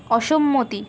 অসম্মতি